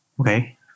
Okay